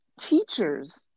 teachers